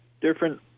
different